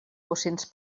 bocins